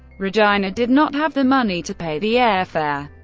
regina did not have the money to pay the airfare,